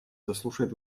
заслушает